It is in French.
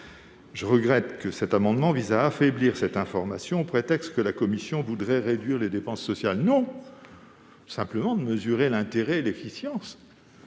Je regrette que cet amendement vise à affaiblir cette information sous prétexte que la commission voudrait réduire les dépenses sociales. Nous voulons simplement en mesurer l'intérêt et l'efficience,